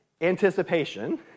anticipation